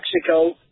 Mexico